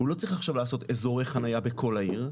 הוא לא צריך עכשיו לעשות אזורי חניה בכל העיר,